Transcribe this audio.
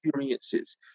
experiences